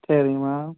சரிங்க மேம்